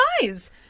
guys